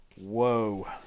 Whoa